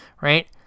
Right